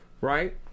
right